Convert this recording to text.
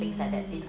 um